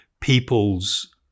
people's